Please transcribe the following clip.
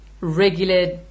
regular